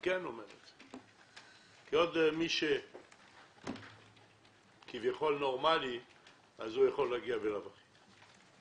היות שמי שכביכול נורמלי יכול להגיע בלאו הכי.